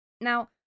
Now